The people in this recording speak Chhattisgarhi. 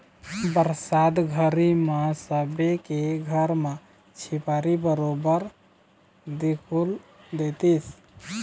बरसात घरी म सबे के घर म झिपारी बरोबर दिखउल देतिस